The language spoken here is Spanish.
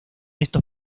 estos